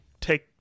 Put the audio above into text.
take